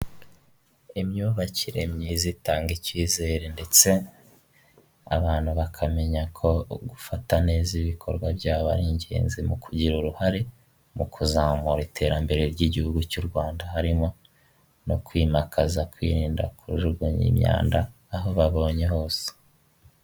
Imyubakire myiza itanga icyizere ndetse abantu bakamenya ko gufata neza ibikorwa byaba ari ingenzi mu kugira uruhare mu kuzamura iterambere ry'igihugu cy'u Rwanda, harimo no kwimakaza kwirinda kujugunya imyanda, aho babonye hose.